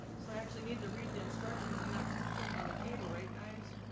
so i actually need to read the instructions and not just put them on the table. right guys